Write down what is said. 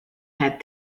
had